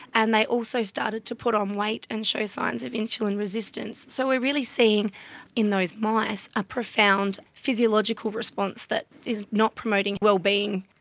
and they also started to put on weight and show signs of insulin resistance. so we're really seeing in those mice a profound physiological response that is not promoting wellbeing.